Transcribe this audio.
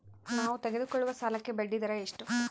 ನಾವು ತೆಗೆದುಕೊಳ್ಳುವ ಸಾಲಕ್ಕೆ ಬಡ್ಡಿದರ ಎಷ್ಟು?